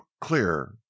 clear